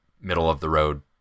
middle-of-the-road